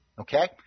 Okay